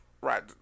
right